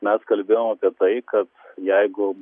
mes kalbėjom apie tai kad jeigu